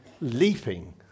leaping